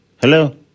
Hello